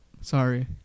sorry